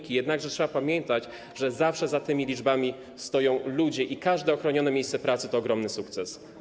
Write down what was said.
Trzeba jednak pamiętać, że zawsze za tymi liczbami stoją ludzie i że każde ochronione miejsce pracy to ogromny sukces.